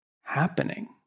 happening